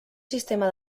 sistema